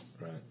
Right